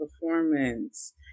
performance